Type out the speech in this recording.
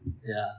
ya